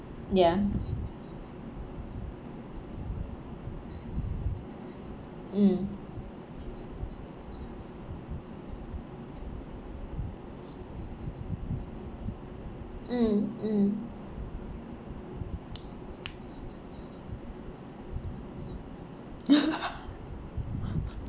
ya mm mm mm